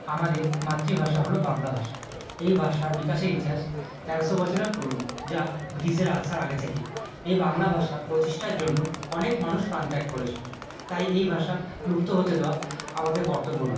আমাদের মাতৃভাষা হল বাংলা ভাষা এই ভাষার বিকাশের ইতিহাস তেরোশো বছরের পুরোনো যা ব্রিটিশেরা আসার আগে থেকেই এ বাংলা ভাষা প্রতিষ্ঠার জন্য অনেক মানুষ প্রাণ ত্যাগ করেছিলেন তাই এই ভাষা লুপ্ত হতে দেওয়া আমাদের কর্তব্য নয়